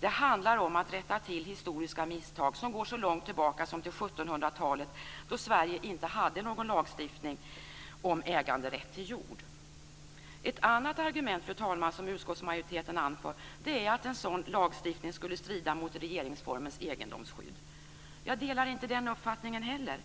Det handlar om att rätta till historiska misstag som går så långt tillbaka som till 1700-talet då Sverige inte hade någon lagstiftningen om äganderätt till jord. Fru talman! Ett annat argument som utskottsmajoriteten anför är att en sådan lagstiftning skulle strida mot regeringsformens egendomsskydd. Jag delar inte den uppfattningen heller.